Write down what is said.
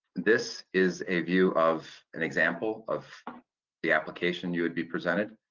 this is a view of an example of the application you would be presented.